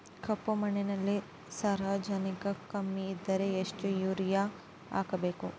ಕಪ್ಪು ಮಣ್ಣಿನಲ್ಲಿ ಸಾರಜನಕ ಕಮ್ಮಿ ಇದ್ದರೆ ಎಷ್ಟು ಯೂರಿಯಾ ಹಾಕಬೇಕು?